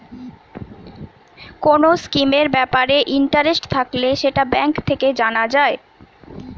কোন স্কিমের ব্যাপারে ইন্টারেস্ট থাকলে সেটা ব্যাঙ্ক থেকে জানা যায়